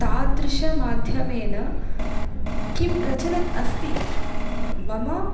तादृशमाध्यमेन किं प्रचलत् अस्ति मम